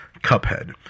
Cuphead